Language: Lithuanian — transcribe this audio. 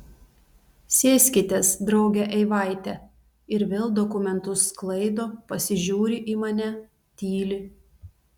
sėskitės drauge eivaite ir vėl dokumentus sklaido pasižiūri į mane tyli